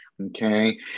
Okay